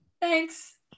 thanks